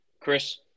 Chris